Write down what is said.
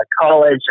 College